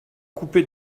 coupé